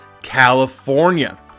California